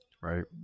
right